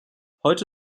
heute